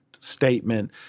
Statement